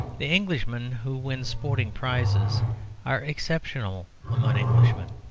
the englishmen who win sporting prizes are exceptional among englishmen,